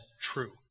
true